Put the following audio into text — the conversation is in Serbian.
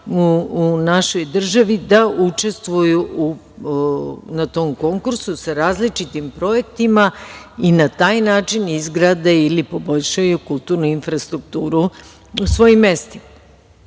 u našoj državi da učestvuju na tom konkursu sa različitim projektima i na taj način izgrade ili poboljšaju kulturnu infrastrukturu u svojim mestima. To